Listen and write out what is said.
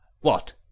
What